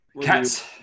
Cats